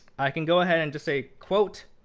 i can go ahead and just say quote,